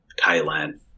Thailand